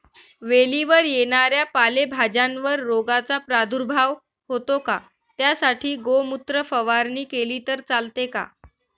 वेलीवर येणाऱ्या पालेभाज्यांवर रोगाचा प्रादुर्भाव होतो का? त्यासाठी गोमूत्र फवारणी केली तर चालते का?